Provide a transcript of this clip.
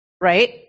right